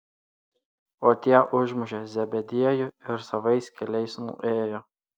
o tie užmušė zebediejų ir savais keliais nuėjo